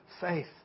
faith